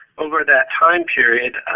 over that time period,